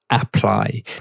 apply